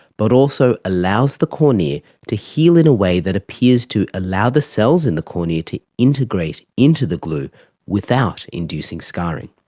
but also allows the cornea to heal in a way that appears to allow the cells in the cornea to integrate into the glue without inducing scarring.